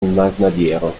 masnadiero